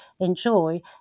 enjoy